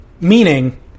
meaning